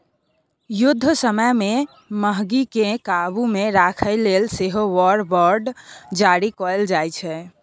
युद्ध समय मे महगीकेँ काबु मे राखय लेल सेहो वॉर बॉड जारी कएल जाइ छै